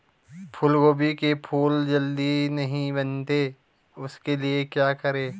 फूलगोभी के फूल जल्दी नहीं बनते उसके लिए क्या करें?